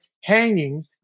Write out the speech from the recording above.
hanging